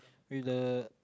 with the